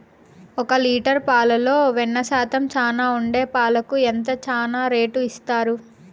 ఒక లీటర్ పాలలో వెన్న శాతం చానా ఉండే పాలకు ఎంత చానా రేటు ఇస్తారు?